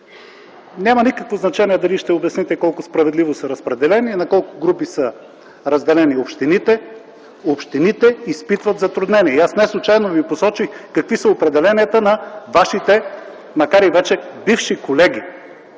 Няма никакво значение дали ще обясните колко справедливо са разпределени, на колко групи са разделени общините. Общините изпитват затруднение. Аз неслучайно Ви посочих какви са определенията на вашите, макар и вече бивши колеги